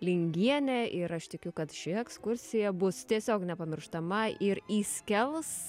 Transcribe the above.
lingienė ir aš tikiu kad ši ekskursija bus tiesiog nepamirštama ir įskels